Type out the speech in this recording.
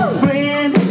friend